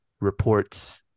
reports